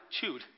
chewed